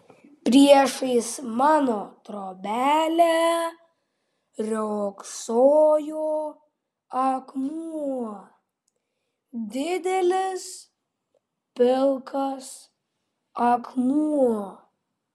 priešais mano trobelę riogsojo akmuo didelis pilkas akmuo